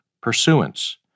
Pursuance